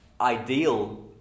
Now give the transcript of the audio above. ideal